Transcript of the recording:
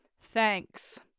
Thanks